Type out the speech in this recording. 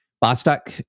Bostock